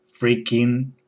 freaking